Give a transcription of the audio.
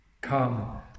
come